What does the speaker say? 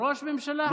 ראש ממשלה היה בעיראק.